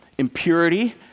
impurity